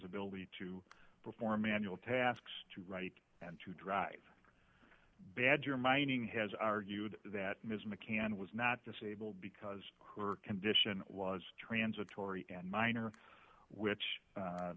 ability to perform manual tasks to write and to drive badger mining has argued that ms mccann was not disabled because her condition was transitory and minor which